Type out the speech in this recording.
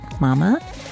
Mama